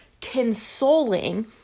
consoling